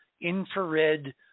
infrared